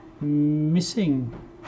Missing